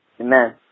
Amen